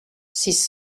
six